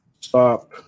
stop